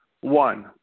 One